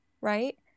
right